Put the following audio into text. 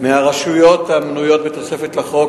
מהרשויות המנויות בתוספת לחוק,